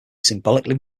symbolically